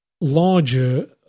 larger